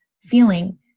feeling